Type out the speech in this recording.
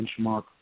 benchmark